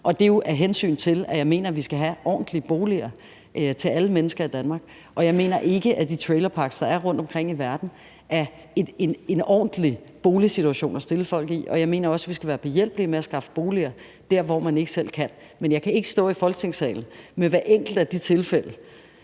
at jeg mener, at vi skal have ordentlige boliger til alle mennesker i Danmark, og jeg mener ikke, at de trailerparker, der er rundtomkring i verden, er en ordentlig boligsituation at stille folk i. Jeg mener også, at vi skal være behjælpelige med at skaffe boliger der, hvor man ikke selv kan. Men jeg kan ikke stå i Folketingssalen med hvert enkelt af de tilfælde